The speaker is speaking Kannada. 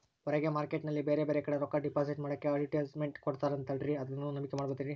ಹೊರಗೆ ಮಾರ್ಕೇಟ್ ನಲ್ಲಿ ಬೇರೆ ಬೇರೆ ಕಡೆ ರೊಕ್ಕ ಡಿಪಾಸಿಟ್ ಮಾಡೋಕೆ ಅಡುಟ್ಯಸ್ ಮೆಂಟ್ ಕೊಡುತ್ತಾರಲ್ರೇ ಅದನ್ನು ನಂಬಿಕೆ ಮಾಡಬಹುದೇನ್ರಿ?